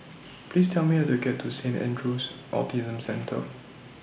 Please Tell Me How to get to Saint Andrew's Autism Centre